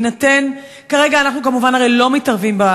כרגע אנחנו הרי לא מתערבים,